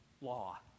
law